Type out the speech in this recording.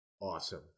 Awesome